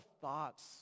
thoughts